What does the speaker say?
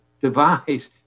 devised